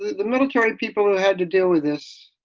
the the military people who had to deal with this.